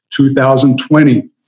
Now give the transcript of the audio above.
2020